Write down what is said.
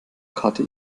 karte